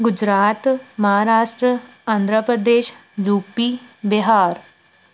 Gujarat Maharashtra Andhra Pradesh UP Bihar